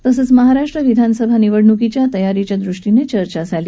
तसंच महाराष्ट्र विधानसभा निवडण्कीच्या तयारीच्या ृष्टीने चर्चा झाली